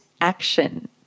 action